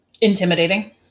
Intimidating